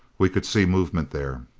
we could see movement there.